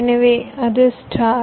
எனவே அது ஸ்டார்